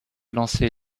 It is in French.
lancé